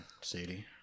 Sadie